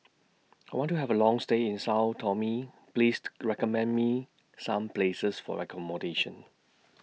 I want to Have A Long stay in Sao Tome pleased recommend Me Some Places For accommodation